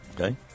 Okay